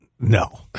No